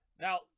Now